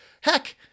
Heck